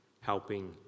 helping